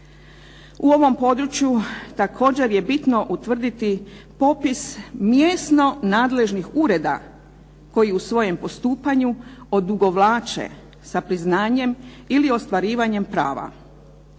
U ovom području također je bitno utvrditi popis mjesno nadležnih ureda koji u svojem postupanju odugovlače sa priznanjem ili ostvarivanjem prava.